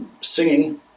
singing